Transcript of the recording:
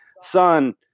son